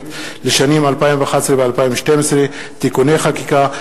לשנים 2011 ו-2012 (תיקוני חקיקה),